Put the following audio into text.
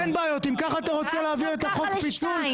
אם כך אתה רוצה להעביר את חוק הפיצול,